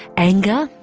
anger,